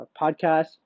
podcast